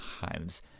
times